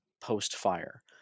post-fire